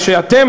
שאתם,